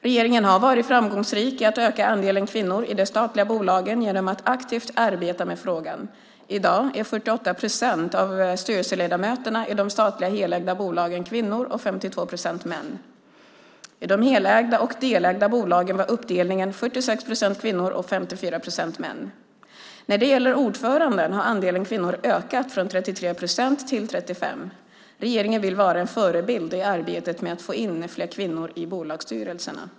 Regeringen har varit framgångsrik i att öka andelen kvinnor i de statliga bolagen genom att aktivt arbeta med frågan. I dag är 48 procent av styrelseledamöterna i de statliga helägda bolagen kvinnor och 52 procent män. I de helägda och delägda bolagen var uppdelningen 46 procent kvinnor och 54 procent män. När det gäller ordförande har andelen kvinnor ökat från 33 procent till 35 procent. Regeringen vill vara en förebild i arbetet med att få in fler kvinnor i bolagsstyrelserna.